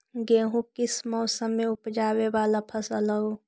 गेहूं किस मौसम में ऊपजावे वाला फसल हउ?